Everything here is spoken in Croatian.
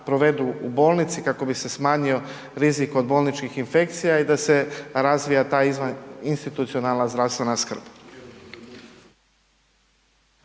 provedu u bolnici kako bi se smanjio rizik od bolničkih infekcija i da se razvija ta izvaninstitucionalna zdravstvena skrb.